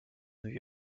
new